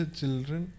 children